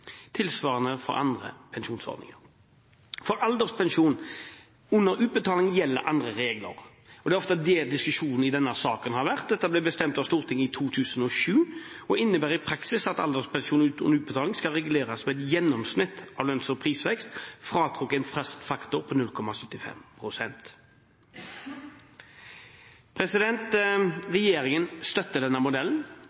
tilsvarende for andre pensjonsordninger. For alderspensjon under utbetaling gjelder andre regler. Det er ofte det diskusjonen i denne saken har vært om. Dette ble bestemt av Stortinget i 2007 og innebærer i praksis at alderspensjon under utbetaling skal reguleres ved et gjennomsnitt av lønns- og prisvekst, fratrukket en fast faktor på